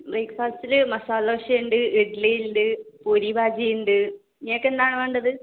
ബ്രേക്ഫാസ്റ്റിൽ മസാല ദോശയുണ്ട് ഇഡ്ലിയുണ്ട് പൂരി ഭാജിയുണ്ട് ഇങ്ങൾക്ക് എന്താണ് വേണ്ടത്